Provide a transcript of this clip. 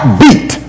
beat